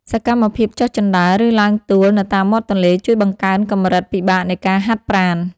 សកម្មភាពចុះជណ្ដើរ ឬឡើងទួលនៅតាមមាត់ទន្លេ ជួយបង្កើនកម្រិតពិបាកនៃការហាត់ប្រាណ។